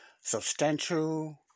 substantial